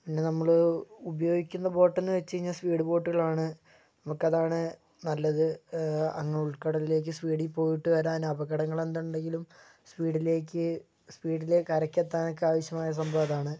പിന്നെ നമ്മൾ ഉപയോഗിക്കുന്ന ബോട്ടെന്നു വെച്ച് കഴിഞ്ഞാൽ സ്പീഡ് ബോട്ടുകളാണ് നമുക്കതാണ് നല്ലത് അങ്ങ് ഉൾക്കടലിലേക്ക് സ്പീഡിൽ പോയിട്ട് വരാനപകടങ്ങൾ എന്തുണ്ടെങ്കിലും സ്പീഡിലേക്ക് സ്പീഡിൽ കരക്കെത്താനൊക്കെ ആവശ്യമായ സംഭവമതാണ്